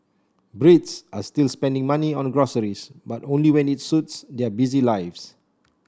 Brits are still spending money on groceries but only when it suits their busy lives